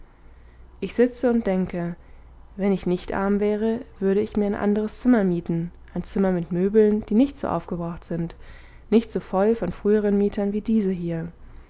ich sitze und denke wenn ich nicht arm wäre würde ich mir ein anderes zimmer mieten ein zimmer mit möbeln die nicht so aufgebraucht sind nicht so voll von früheren mietern wie diese hier